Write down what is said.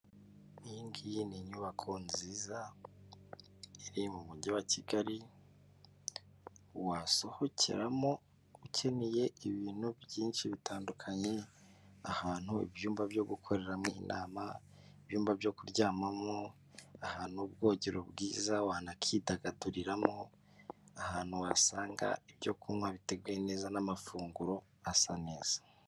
Iyingiyi ni inyubako nziza iri mu mujyi wa Kigali wasohokeramo ukeneye ibintu byinshi bitandukanye, ahantu, ibyumba byo gukoreramo inama, ibyumba byo kuryamamo, ahantu, ubwogero bwiza wanakidagaduriramo, ahantu wasanga ibyo kunywa biteguye neza n'amafunguro asa neza.